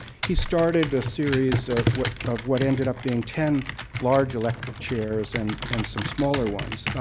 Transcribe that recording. he started a series of what of what ended up being ten large electric chairs and and some smaller ones.